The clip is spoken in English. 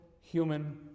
human